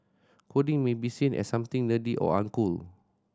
coding may be seen as something nerdy or uncool